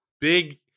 big